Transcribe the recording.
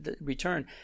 return